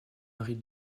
marie